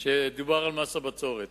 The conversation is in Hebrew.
דובר על מס הבצורת.